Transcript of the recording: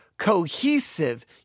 cohesive